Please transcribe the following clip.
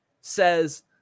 Says